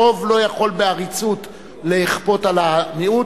הרוב לא יכול בעריצות לכפות על המיעוט,